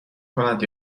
کند